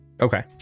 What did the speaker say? Okay